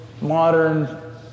modern